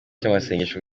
cy’amasengesho